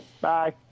Bye